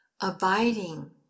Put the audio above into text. abiding